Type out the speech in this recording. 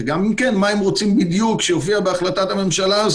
וגם אם כן מה הם רוצים בדיוק שיופיע בהחלטת הממשלה.